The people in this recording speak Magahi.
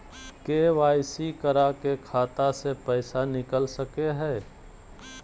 के.वाई.सी करा के खाता से पैसा निकल सके हय?